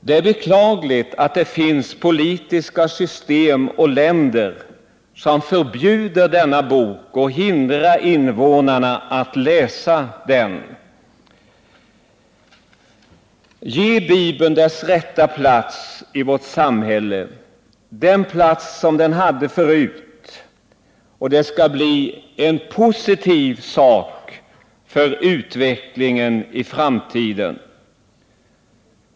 Det är beklagligt att det finns politiska system och länder som förbjuder denna bok och hindrar invånarna från att läsa den. Ge Bibeln dess rätta plats i samhället, den plats som den hade förut, och det skall bli en positiv sak för utvecklingen i framtiden.